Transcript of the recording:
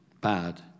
bad